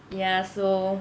ya so